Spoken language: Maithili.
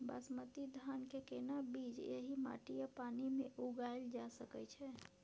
बासमती धान के केना बीज एहि माटी आ पानी मे उगायल जा सकै छै?